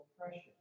oppression